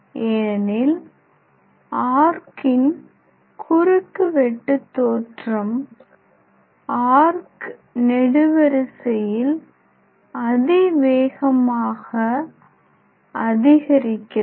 ஏனெனில் ஆர்க்கின் குறுக்கு வெட்டுத்தோற்றம் ஆர்க் நெடுவரிசையில் அதிவேகமாக அதிகரிக்கிறது